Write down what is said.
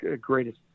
greatest